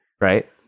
right